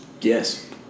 Yes